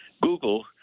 Google